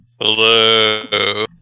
Hello